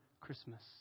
Christmas